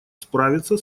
справиться